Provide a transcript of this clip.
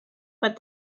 but